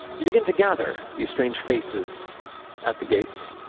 you begin to gather these strange faces at the gates